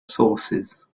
sources